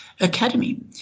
academy